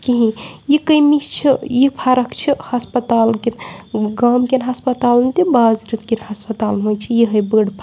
کِہیٖنۍ یہِ کٔمی چھِ یہِ فرق چھِ ہَسپَتال کٮ۪ن گامکٮ۪ن ہَسپَتالَن تہِ بازرٕ کٮ۪ن ہَسپَتالَن منٛز چھِ یِہَے بٔڑ پَران